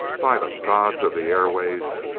by the gods of the airways!